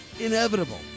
inevitable